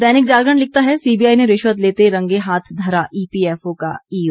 दैनिक जागरण लिखता है सीबीआई ने रिश्वत लेते रंगे हाथ धरा ईपीएफओ का ईओ